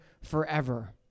forever